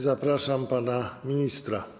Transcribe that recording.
Zapraszam pana ministra.